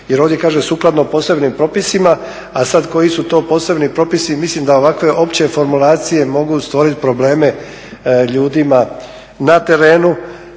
jer ovdje kažu sukladno posebnim propisima, a sada koji su to posebni propisi mislim da ovakve opće formulacije mogu stvoriti probleme ljudima na trenu.